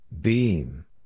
Beam